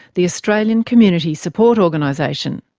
the australian community support organisation.